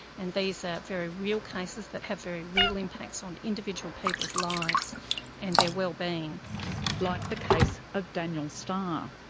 and these are very real cases that have very real impacts on individual people's lives and their well-being. like the case of daniel starr.